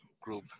group